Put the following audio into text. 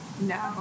No